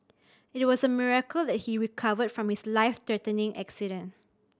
it was a miracle that he recovered from his life threatening accident